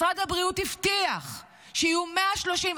משרד הבריאות הבטיח שיהיו 130,